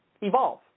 evolve